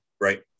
Right